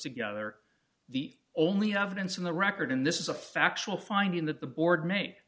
together the only evidence in the record and this is a factual finding that the board makes